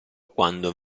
quando